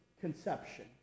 conception